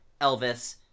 elvis